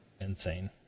insane